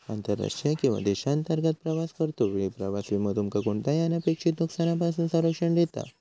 आंतरराष्ट्रीय किंवा देशांतर्गत प्रवास करतो वेळी प्रवास विमो तुमका कोणताही अनपेक्षित नुकसानापासून संरक्षण देता